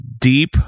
deep